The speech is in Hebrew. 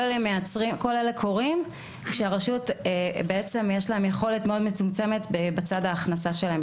כל אלה קורים כשלרשויות יש יכולת מאוד מצומצמת בצד ההכנסה שלהם,